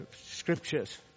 scriptures